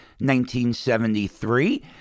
1973